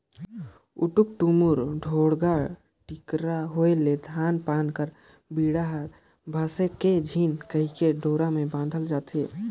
उटुक टुमुर, ढोड़गा टिकरा होए ले धान पान कर बीड़ा हर भसके झिन कहिके डोरा मे बाधल जाथे